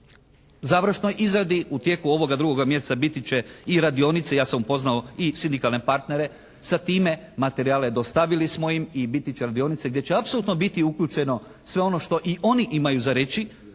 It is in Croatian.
u završnoj izradi. U tijeku ovoga drugoga mjeseca biti će i radionice. Ja sam upoznao i sindikalne partnere sa time. Materijale, dostavili smo im i biti će radionice gdje će apsolutno biti uključeno sve ono što i oni imaju za reći